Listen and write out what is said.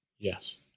Yes